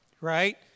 right